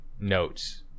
notes